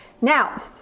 Now